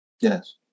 yes